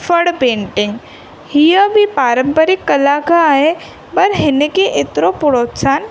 फड़ पेंटिंग हीअ बि पारम्परिकु कला खां आहे पर हिन खे एतिरो प्रोत्साहन